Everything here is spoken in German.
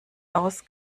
aus